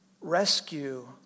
rescue